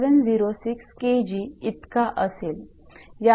706 𝐾𝑔 इतका असेल